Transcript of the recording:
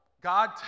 God